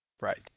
Right